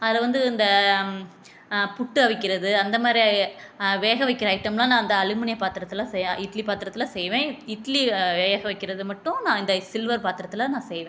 அதில் வந்து இந்த புட்டு அவிக்கிறது அந்த மாதிரி வேக வைக்கிற ஐட்டம்லாம் நான் அந்த அலுமினிய பாத்திரத்தில் செய்ய இட்லி பாத்திரத்தில் செய்வேன் இட்லி வேக வைக்கிறது மட்டும் நான் இந்த சில்வர் பாத்திரத்தில் நான் செய்வேன்